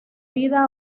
vida